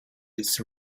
its